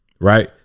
Right